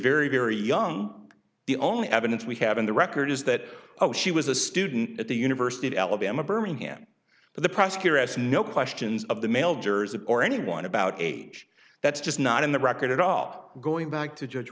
very very young the only evidence we have in the record is that she was a student at the university of alabama birmingham but the prosecutor asked no questions of the male jurors and or anyone about age that's just not in the record it ought going back to judge